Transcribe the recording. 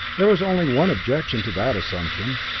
there was only one objection to that assumption.